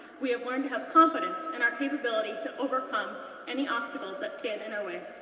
we have learned to have confidence in our capability to overcome any obstacles that stand in our way.